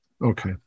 Okay